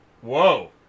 Whoa